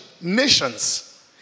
nations